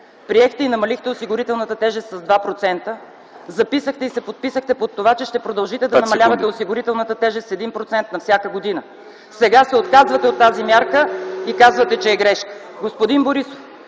приехте и намалихте осигурителната тежест с 2%; - записахте и се подписахте под това, че ще продължите да намалявате осигурителната тежест с 1% на всяка година. Сега се отказвате от тази мярка и казвате, че е грешка. (Председателят